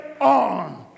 on